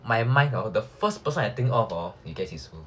my mind hor the first person I think of hor you guess is who